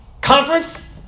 conference